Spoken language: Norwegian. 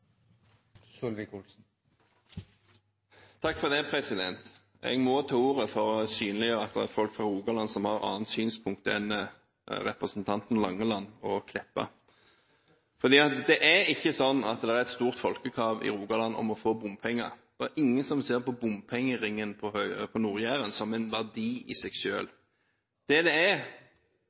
ordet for å synliggjøre at det er folk fra Rogaland som har et annet synspunkt enn representanten Langeland og statsråd Meltveit Kleppa, for det er ikke slik at det er et stort folkekrav i Rogaland om å få bompenger. Det er ingen som ser på bompengeringen på Nord-Jæren som en verdi i seg selv. De bomstasjonene er et symbol på politisk handlingslammelse i regjering og i stortingsflertallet, fordi en ikke klarer å dekke det